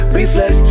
reflex